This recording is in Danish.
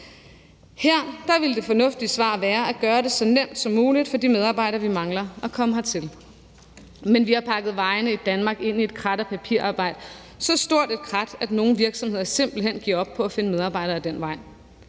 Her ville det fornuftige svar være at gøre det så nemt som muligt for de medarbejdere, vi mangler, at komme hertil, men vi har i Danmark pakket vejene ind i et krat af papirarbejde – så stort et krav, at nogle virksomheder simpelt hen giver op over for at finde medarbejdere ad den vej.